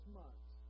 months